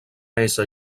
ésser